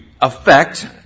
affect